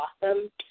awesome